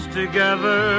together